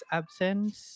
absence